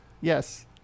Yes